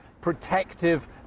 protective